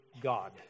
God